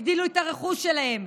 הגדילו את הרכוש שלהם,